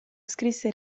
scrisse